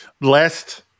last